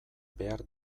behar